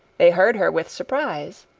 they heard her with surprise.